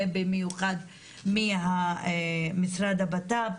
ובמיוחד מהמשרד לביטחון הפנים,